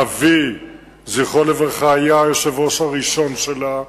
אבי זכרו לברכה היה היושב-ראש הראשון שלה,